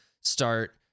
start